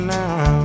now